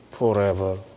Forever